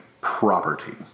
property